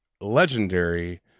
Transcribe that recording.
legendary